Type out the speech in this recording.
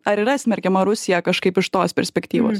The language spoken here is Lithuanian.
ar yra smerkiama rusija kažkaip iš tos perspektyvos